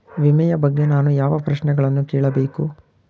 ವಿಮೆಯ ಬಗ್ಗೆ ನಾನು ಯಾವ ಪ್ರಶ್ನೆಗಳನ್ನು ಕೇಳಬೇಕು?